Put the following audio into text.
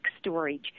storage